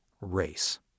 race